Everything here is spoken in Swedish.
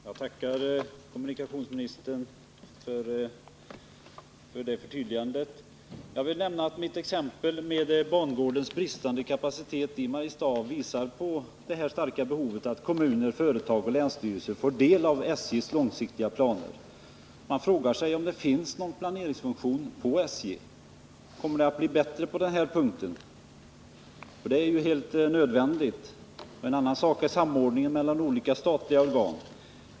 Herr talman! Jag tackar kommunikationsministern för detta förtydligande. Mitt exempel med bangårdens bristande kapacitet i Mariestad visar också på det starka behovet av att kommuner, företag och länsstyrelser får del av SJ:s långsiktiga planer. Man frågar sig om det finns någon planeringsfunktion hos SJ. Kommer det att bli bättre på denna punkt? Det är helt nödvändigt. En annan sak är samordningen mellan olika statliga organ.